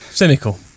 Cynical